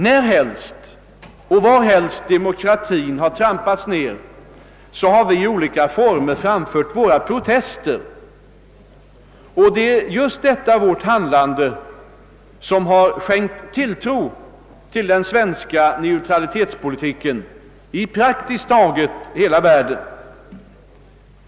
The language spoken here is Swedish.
Närhelst och varhelst demokratin trampats ned har vi i olika former framfört våra protester, och det är just detta vårt handlande som har skänkt tilltro till den svenska neutralitetspolitiken i praktiskt taget hela världen.